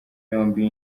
yombi